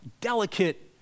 delicate